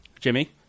Jimmy